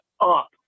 up